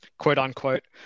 quote-unquote